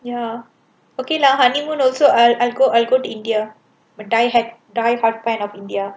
ya okay lah honeymoon also I'll I'll go I'll go to india but diehard diehard fan of india